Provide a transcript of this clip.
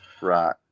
Right